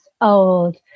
old